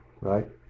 right